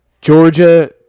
Georgia